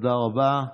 תודה רבה.